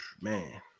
Man